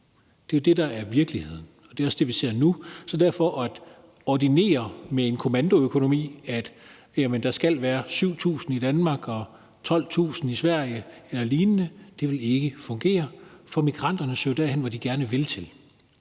Det er jo det, der er virkeligheden, og det er også det, vi ser nu. Så derfor vil det, at man med en kommandoøkonomi ordinerer, at der skal være 7.000 i Danmark og 12.000 i Sverige eller lignende, ikke fungere. For migranterne søger jo derhen, hvor de gerne vil hen,